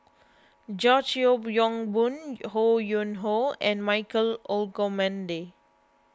George Yeo Yong Boon Ho Yuen Hoe and Michael Olcomendy